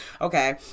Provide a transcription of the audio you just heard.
Okay